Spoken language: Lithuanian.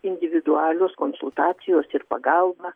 individualios konsultacijos ir pagalba